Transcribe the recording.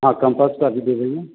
हाँ कंपस का भी दे देंगे